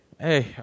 Hey